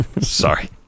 sorry